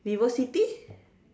VivoCity